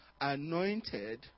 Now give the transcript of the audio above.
anointed